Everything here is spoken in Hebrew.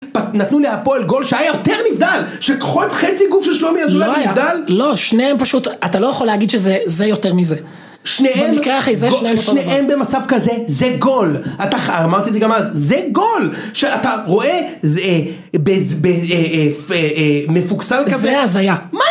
נתנו להפועל גול שהיה יותר נבדל, שלפחות חצי גוף של שלומי היה נבדל? לא, שניהם פשוט, אתה לא יכול להגיד שזה יותר מזה שניהם במצב כזה, זה גול, אמרתי את זה גם אז, זה גול, שאתה רואה, זה מפוקסל כזה? זה אז היה